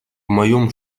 моем